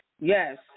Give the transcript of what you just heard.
Yes